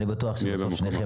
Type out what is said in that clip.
אני בטוח שלשניכם,